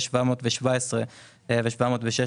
יש 717 ו-716.